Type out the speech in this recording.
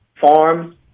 farms